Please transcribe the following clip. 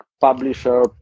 publisher